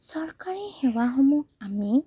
চৰকাৰী সেৱাসমূহ আমি